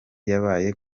yabaye